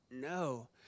no